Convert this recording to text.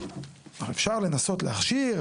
אפשר לנסות להכשיר,